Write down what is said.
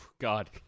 god